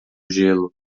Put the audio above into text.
gelo